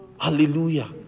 Hallelujah